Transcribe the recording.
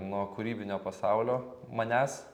nuo kūrybinio pasaulio manęs